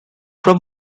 from